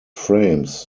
frames